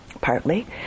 partly